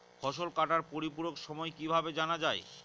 ফসল কাটার পরিপূরক সময় কিভাবে জানা যায়?